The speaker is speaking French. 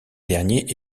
derniers